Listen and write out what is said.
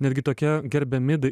netgi tokie gerbiami